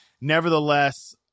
nevertheless